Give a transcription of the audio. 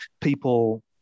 people